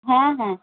হ্যাঁ হ্যাঁ